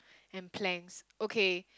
and planks okay